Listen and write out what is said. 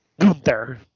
Gunther